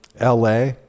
LA